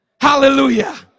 Hallelujah